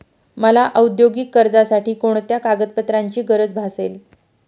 मला औद्योगिक कर्जासाठी कोणत्या कागदपत्रांची गरज भासेल?